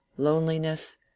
loneliness